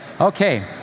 Okay